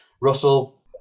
Russell